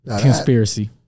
Conspiracy